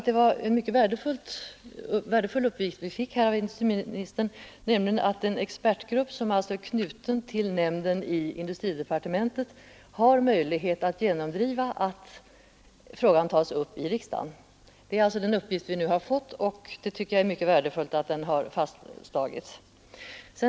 Det var en mycket värdefull upplysning industriministern gav, nämligen att den expertgrupp som är knuten till nämnden i industridepartementet har möjlighet att genomdriva att frågan tas upp i riksdagen. Jag tycker det är mycket värdefullt att detta nu har fastslagits.